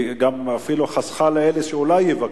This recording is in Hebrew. היא גם אפילו חסכה לאלה שאולי יבקשו.